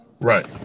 Right